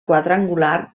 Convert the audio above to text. quadrangular